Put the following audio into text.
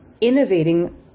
innovating